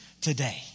today